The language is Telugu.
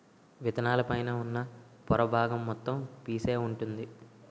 విత్తనాల పైన ఉన్న పొర బాగం మొత్తం పీసే వుంటుంది